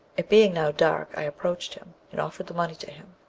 it being now dark, i approached him and offered the money to him.